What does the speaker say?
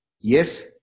yes